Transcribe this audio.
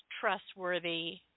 trustworthy